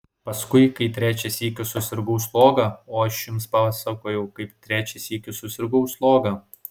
paskui kai trečią sykį susirgau sloga o aš jums pasakojau kaip trečią sykį susirgau sloga